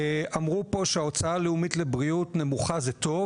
אמרו פה שההוצאה הלאומית לבריאות נמוכה זה טוב?